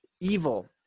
evil